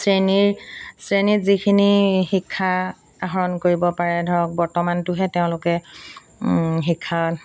শ্ৰেণীৰ শ্ৰেণীত যিখিনি শিক্ষা আহৰণ কৰিব পাৰে ধৰক বৰ্তমানটোহে তেওঁলোকে শিক্ষা